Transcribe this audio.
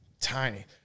Tiny